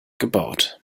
gebaut